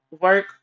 work